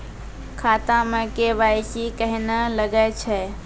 खाता मे के.वाई.सी कहिने लगय छै?